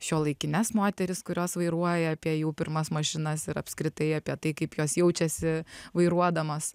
šiuolaikines moteris kurios vairuoja apie jų pirmas mašinas ir apskritai apie tai kaip jos jaučiasi vairuodamos